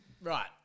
Right